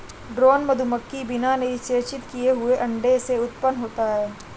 drone मधुमक्खी बिना निषेचित किए हुए अंडे से उत्पन्न होता है